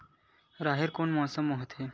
राहेर कोन मौसम मा होथे?